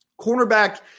Cornerback